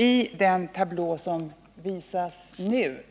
I den tablå som visas på TV-skärmen